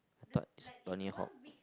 I thought it's Tony-Hawk